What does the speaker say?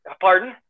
Pardon